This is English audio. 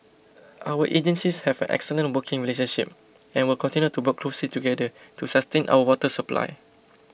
our agencies have an excellent working relationship and will continue to work closely together to sustain our water supply